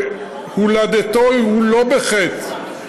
הולדתו לא בחטא,